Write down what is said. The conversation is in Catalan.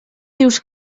dius